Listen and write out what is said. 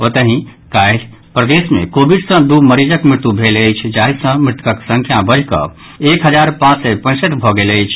ओतहि काल्हि प्रदेश मे कोविड सँ दू मरीजक मृत्यु भेल जाहि सँ मृतकक संख्या बढ़ि कऽ एक हजार पांच सय पैंसठि भऽ गेल अछि